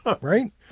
Right